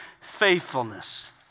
faithfulness